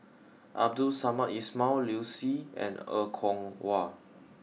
Abdul Samad Ismail Liu Si and Er Kwong Wah